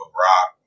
rock